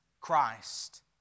Christ